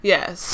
Yes